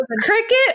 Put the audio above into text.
cricket